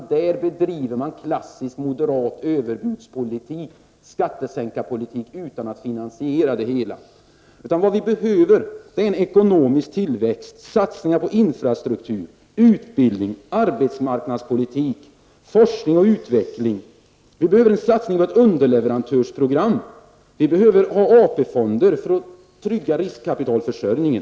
Där bedriver man en klassisk moderat överbudspolitik, skattesänkarpolitik, utan att finansiera det hela. Vad vi behöver är en ekonomisk tillväxt, satsningar på infrastruktur, utbildning, arbetsmarknadspolitik samt på forskning och utveckling. Vi behöver en satsning på ett underleverantörsprogram, och vi behöver ha AP-fonder för att trygga riskkapitalförsörjningen.